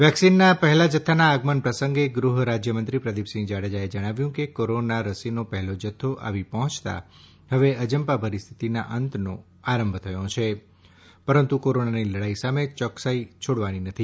વેક્સિનના પહેલા જથ્થાના આગમન પ્રસંગે ગૃહ રાજ્યમંત્રી પ્રદીપસિંહ જાડેજાએ જણાવ્યુ છે કે કોરોના રસીનો પહેલો જથ્થો આવી પહોંચતા હવે અજંપાભરી સ્થિતિના અંતનો આરંભ થયો છે પરંતુ કોરોનાની લડાઇ સામે ચોકસાઇ છોડવાની નથી